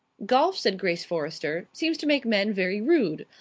golf, said grace forrester, seems to make men very rude.